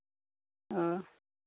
ᱦᱮᱸ